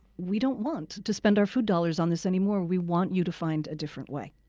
we don't want to spend our food dollars on this anymore. we want you to find a different way.